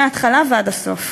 מההתחלה ועד הסוף.